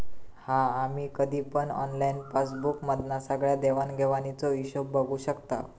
हा आम्ही कधी पण ऑनलाईन पासबुक मधना सगळ्या देवाण घेवाणीचो हिशोब बघू शकताव